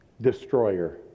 destroyer